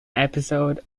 episode